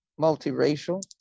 multiracial